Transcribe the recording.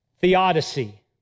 Theodicy